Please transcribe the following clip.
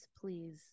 Please